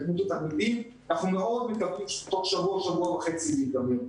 אנחנו מקווים מאוד שתוך שבוע וחצי זה ייגמר.